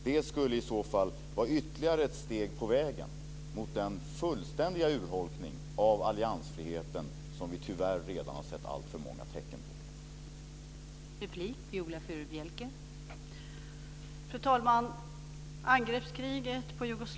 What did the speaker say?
Det skulle i så fall vara ytterligare ett steg på vägen mot den fullständiga urholkning av alliansfriheten som vi tyvärr redan har sett alltför många tecken på.